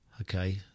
Okay